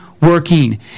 working